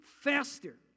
faster